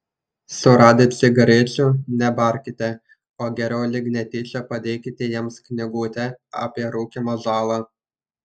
suradę cigarečių nebarkite o geriau lyg netyčia padėkite jiems knygutę apie rūkymo žalą